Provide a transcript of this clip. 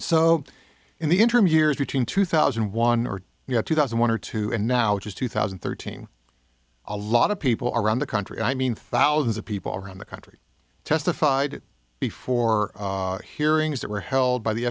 so in the interim years between two thousand and one or two thousand and one or two and now it was two thousand and thirteen a lot of people around the country i mean thousands of people around the country testified before hearings that were held by the